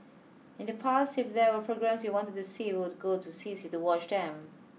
in the past if there were programmes she wanted to see would go to C C to watch them